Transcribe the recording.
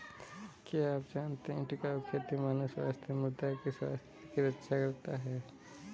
क्या आप जानते है टिकाऊ खेती मानव स्वास्थ्य एवं मृदा की स्वास्थ्य की रक्षा करता हैं?